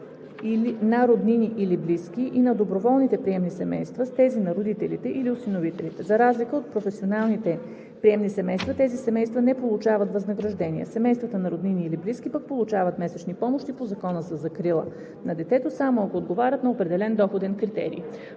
на роднини или близки и на доброволните приемни семейства, с тези на родителите или осиновителите. За разлика от професионалните приемни семейства тези семейства не получават възнаграждения. Семействата на роднини или близки пък получават месечни помощи по Закона за закрила на детето, само ако отговарят на определен доходен критерий.